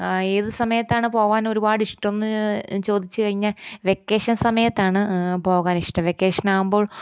ഏതു സമയത്താണ് പോവാനൊരുപാടിഷ്ടം എന്ന് ചോദിച്ചു കഴിഞ്ഞാൽ വെക്കേഷൻ സമയത്താണ് പോകാനിഷ്ടം വെക്കേഷനാകുമ്പോൾ